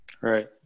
Right